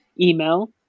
email